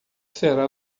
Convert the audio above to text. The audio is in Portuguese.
será